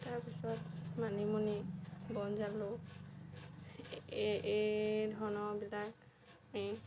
তাৰপিছত মানিমুনি বনজালুক এই ধৰণৰ বিলাক এই